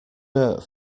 dirt